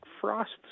frosts